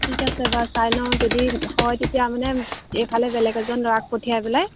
ঠিক আছে বাৰু চাই লওঁ যদি হয় তেতিয়া মানে এইফালে বেলেগ এজন ল'ৰাক পঠিয়াই পেলাই